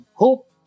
hope